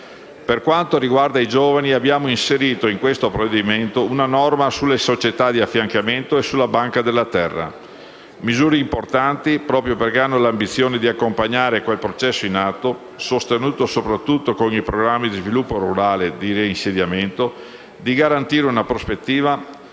Per quanto riguarda i giovani, abbiamo inserito in questo provvedimento una norma sulle società di affiancamento e sulla banca della terra. Si tratta di misure importanti, proprio perché hanno l'ambizione di accompagnare quel processo in atto, sostenuto soprattutto con i programmi di sviluppo rurale e di reinsediamento, e di garantire una prospettiva a quelle